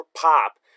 pop